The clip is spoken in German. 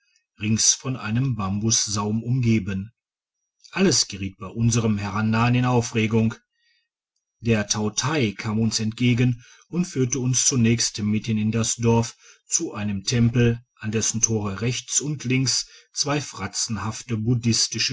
rings von einem bambussaum umgeben alles geriet bei unserem herannahen in aufregung der tautai kam uns entgegen und führte uns zunächst mitten in das dorf zu einem tempel an dessen thore rechts und links zwei fratzenhafte